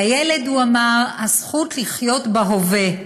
לילד הוא אמר, הזכות לחיות בהווה.